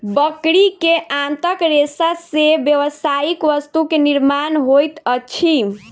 बकरी के आंतक रेशा से व्यावसायिक वस्तु के निर्माण होइत अछि